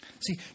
See